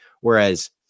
Whereas